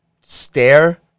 stare